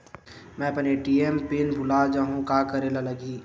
मैं अपन ATM pin भुला जहु का करे ला लगही?